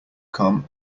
come